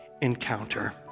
encounter